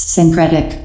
Syncretic